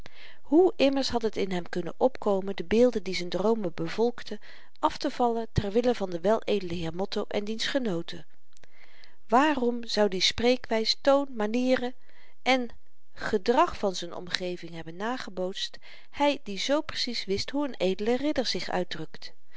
hoe immers had het in hem kunnen opkomen de beelden die z'n droomen bevolkten aftevallen ter wille van den weledelen heer motto en diens genooten waarom zoud i spreekwys toon manieren en gedrag van z'n omgeving hebben nagebootst hy die zoo precies wist hoe n edele ridder zich uitdrukt